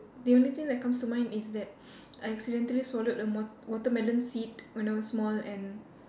the only thing that comes to mind is that I accidentally swallowed a wat~ watermelon seed when I was small and